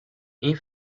این